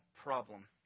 problem